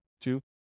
Two